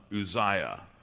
Uzziah